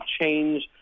change